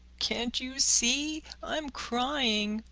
can't you see? i'm crying,